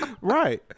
Right